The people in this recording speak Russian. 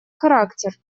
характер